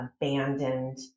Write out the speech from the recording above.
abandoned